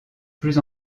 plus